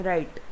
Right